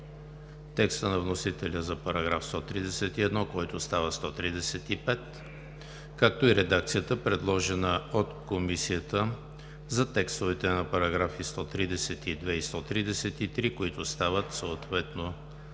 текста на вносителя за § 131, който става § 135; както и редакцията, предложена от Комисията за текстовете на параграфи 132 и 133, които стават съответно